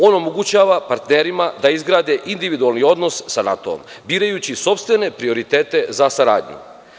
Ono omogućava partnerima da izgrade individualni odnos sa NATO, birajući sopstvene prioritete za saradnju.